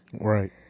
Right